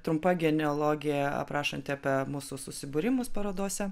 trumpa genealogija aprašanti apie mūsų susibūrimus parodose